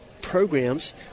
programs